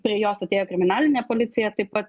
prie jos atėjo kriminalinė policija taip pat